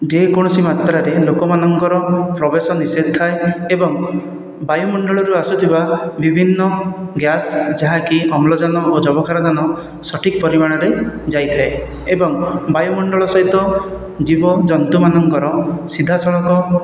ଯେକୌଣସି ମାତ୍ରରେ ଲୋକମାନଙ୍କର ପ୍ରବେଶ ନିଷେଧ ଥାଏ ଏବଂ ବାୟୁମଣ୍ଡଳରୁ ଆସୁଥିବା ବିଭିନ୍ନ ଗ୍ୟାସ ଯାହାକି ଅମ୍ଳଜାନ ଓ ଯବକ୍ଷାରଜାନ ସଠିକ ପରିମାଣରେ ଯାଇଥାଏ ଏବଂ ବାୟୁମଣ୍ଡଳ ସହିତ ଜୀବ ଜନ୍ତୁମାନଙ୍କର ସିଧାସଳଖ